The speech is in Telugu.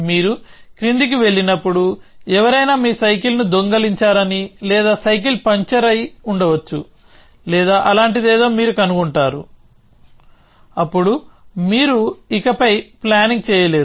మీరు క్రిందికి వెళ్లినప్పుడు ఎవరైనా మీ సైకిల్ను దొంగిలించారని లేదా సైకిల్ పంక్చర్ అయి ఉండవచ్చు లేదా అలాంటిదేదో మీరు కనుగొంటారు అప్పుడు మీరు ఇకపై ప్లానింగ్ చేయలేరు